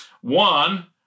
One